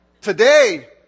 Today